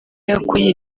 yakuye